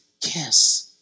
kiss